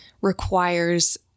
requires